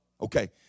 Okay